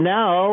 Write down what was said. now